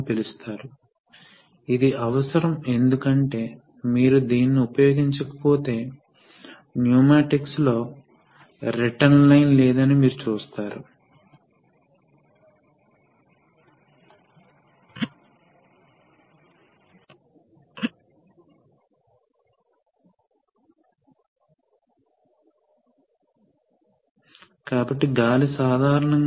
hydraulic power అవసరం ఏమిటి power అవసరం అనేది ఫోర్స్ ప్రవాహం రేటు లేదా ప్రెషర్ ప్రవాహం రేటు ఇది ఫోర్స్ స్పీడ్ కి సమానం